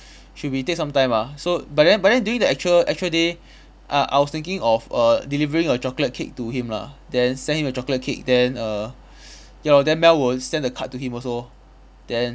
should be take some time ah so but then but then during the actual actual day uh I was thinking of err delivering a chocolate cake to him lah then send him a chocolate cake then err ya then mel will send the card to him also then